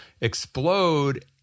explode